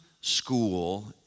School